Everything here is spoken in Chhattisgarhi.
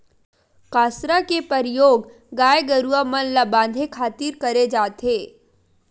कांसरा के परियोग गाय गरूवा मन ल बांधे खातिर करे जाथे